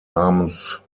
namens